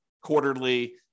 quarterly